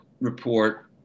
report